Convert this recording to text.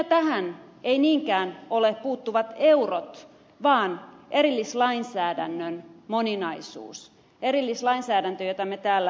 syynä tähän eivät niinkään ole puuttuvat eurot vaan erillislainsäädännön moninaisuus erillislainsäädäntö jota me täällä säädämme